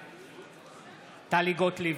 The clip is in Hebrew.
בעד טלי גוטליב,